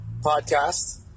podcast